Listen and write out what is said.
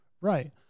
Right